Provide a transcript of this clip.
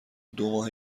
دوماه